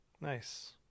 Nice